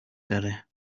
دارد